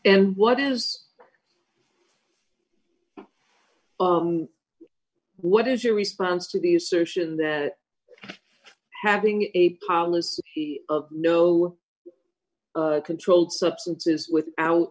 and what is what is your response to the assertion that having a policy of no controlled substances without